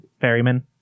ferryman